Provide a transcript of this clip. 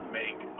make